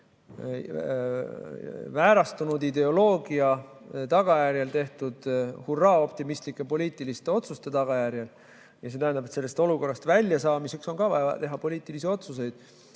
väärastunud ideoloogia tõttu tehtud hurraaoptimistlike poliitiliste otsuste tagajärjel. See tähendab, et sellest olukorrast väljasaamiseks on ka vaja teha poliitilisi otsuseid.